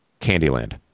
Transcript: candyland